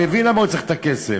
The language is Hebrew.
אני מבין למה הוא צריך את הכסף,